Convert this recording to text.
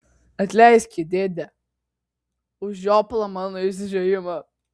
atleiski dėde už žioplą mano išsižiojimą